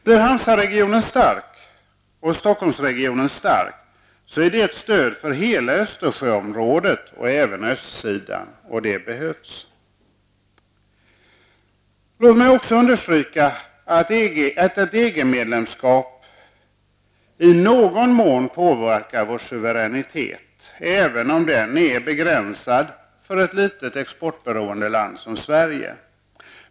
Blir Hansaregionen och Stockholmsregionen stark, är det ett stöd för hela Östersjöregionen -- även för östsidan, och det behövs. Låt mig också understryka att ett EG-medlemskap i någon mån påverkar vår suveränitet, även om den är begränsad för ett litet exportberoende land som Sverige.